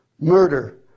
murder